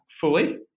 fully